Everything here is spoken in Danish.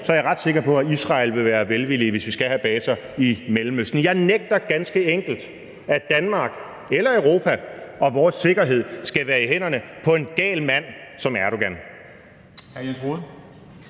er jeg ret sikker på, at Israel vil være velvillige, hvis vi skal have baser i Mellemøsten. Jeg nægter ganske enkelt at acceptere, at Danmark – eller Europa – og vores sikkerhed skal være i hænderne på en gal mand som Erdogan.